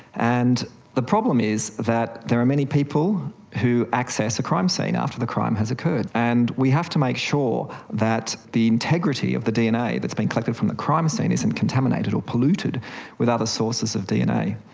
and the problem is that there are many people who access a crime scene after the crime has occurred, and we have to make sure that the integrity of the dna that has been collected from the crime scene isn't contaminated or polluted with other sources of dna.